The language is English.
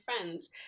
friends